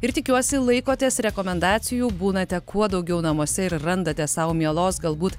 ir tikiuosi laikotės rekomendacijų būnate kuo daugiau namuose ir randate sau mielos galbūt